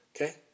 okay